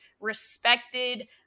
respected